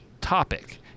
topic